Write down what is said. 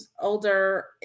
older